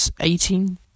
eighteen